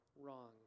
wrong